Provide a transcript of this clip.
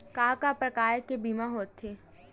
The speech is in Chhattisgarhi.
का का प्रकार के बीमा होथे?